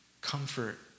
Comfort